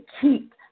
keep